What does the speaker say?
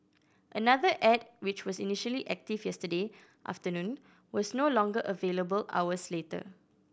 another ad which was initially active yesterday afternoon was no longer available hours later